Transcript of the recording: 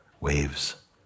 waves